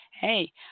Hey